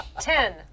Ten